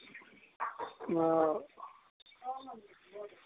آ